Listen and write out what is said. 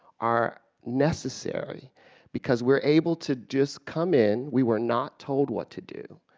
are necessary because we're able to just come in. we were not told what to do.